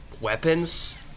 weapons